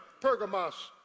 Pergamos